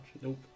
Nope